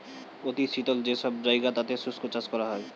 অতি শীতল যে সব জায়গা তাতে শুষ্ক চাষ করা হয়